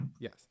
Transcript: yes